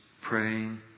praying